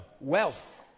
wealth